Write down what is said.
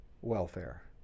welfare